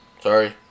sorry